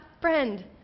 friend